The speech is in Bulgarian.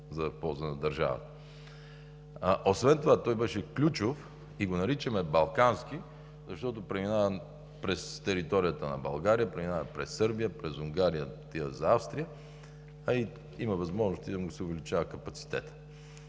в полза на държавата. Освен това той беше ключов и го наричаме „балкански“, защото преминава през територията на България, преминава през Сърбия, през Унгария отива за Австрия, а и има възможности да му се увеличава капацитетът.